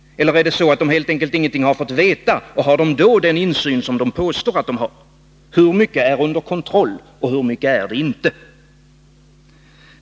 Eller har de helt enkelt ingenting fått veta? Har de då den insyn de påstår? Hur mycket är under kontroll och hur mycket är det inte?